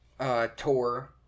tour